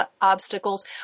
obstacles